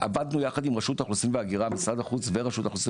עבדנו יחס משרד החוץ עם רשות האוכלוסין